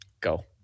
Go